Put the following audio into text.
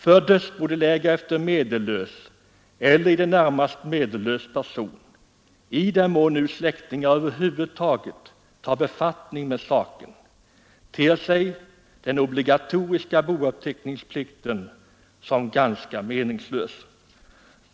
För dödsbodelägare efter medellös eller i det närmaste medellös person — i den mån nu släktingar över huvud taget tar befattning med saken — ter sig den obligatoriska bouppteckningsplikten som ganska meningslös.